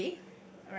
everyday